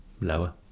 Lower